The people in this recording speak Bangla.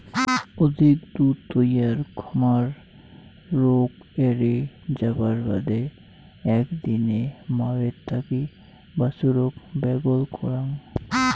অধিক দুধ তৈয়ার খামার রোগ এ্যারে যাবার বাদে একদিনে মাওয়ের থাকি বাছুরক ব্যাগল করাং